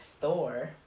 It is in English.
Thor